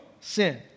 sin